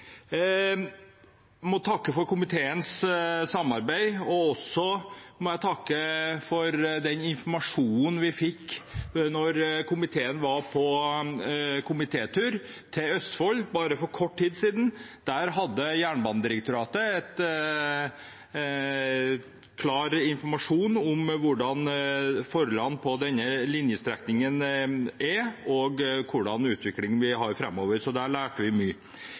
må takke komiteen for samarbeidet, og jeg må også takke for den informasjonen vi fikk da komiteen var på tur til Østfold for bare kort tid siden. Der hadde Jernbanedirektoratet klar informasjon om hvordan forholdene er på denne linjestrekningen, og hva slags utvikling vi vil ha framover. Da lærte vi mye.